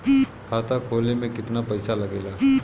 खाता खोले में कितना पईसा लगेला?